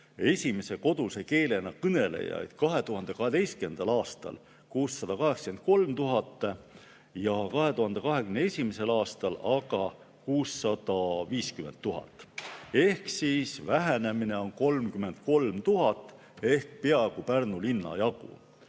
esimese koduse keelena kõnelejaid 2012. aastal 683 000 ja 2021. aastal 650 000 ehk siis vähenemine on 33 000 ehk peaaegu Pärnu linna jagu.